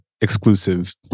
exclusive